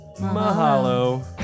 mahalo